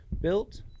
built